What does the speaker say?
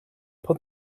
put